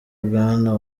mwana